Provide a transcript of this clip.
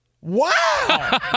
Wow